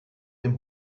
dem